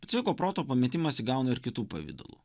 bet sveiko proto pametimas įgauna ir kitų pavidalų